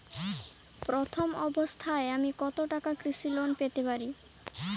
প্রথম অবস্থায় আমি কত টাকা কৃষি লোন পেতে পারি?